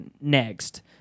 next